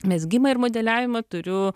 mezgimą ir modeliavimą turiu